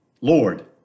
Lord